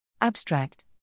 Abstract